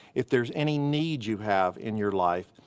if there's any need you have in your life,